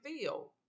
feel